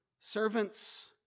servants